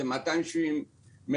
זה 270 מלונות.